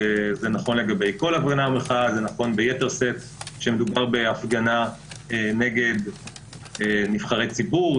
זה נכון לגבי כל הפגנה ומחאה וביתר שאת כשמדובר בהפגנה נגד נבחרי ציבור,